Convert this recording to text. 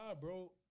bro